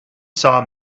saw